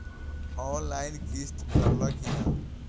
Online किस्त भराला कि ना?